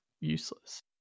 useless